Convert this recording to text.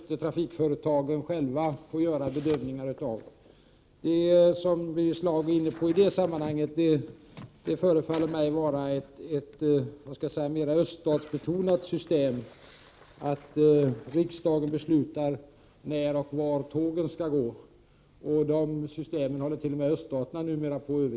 Trafikföretagen måste själva få göra dessa bedömningar. Det som Birger Schlaug är inne på i detta sammanhang, nämligen att riksdagen skall besluta när tågen skall gå och var de skall stanna, förefaller mig vara ett mer öststatsbetonat system, som man även där håller på att Prot. 1988/89:50 överge. 13 januari 1989